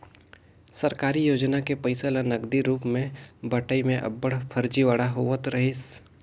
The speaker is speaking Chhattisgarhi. सरकारी योजना के पइसा ल नगदी रूप में बंटई में अब्बड़ फरजीवाड़ा होवत रहिस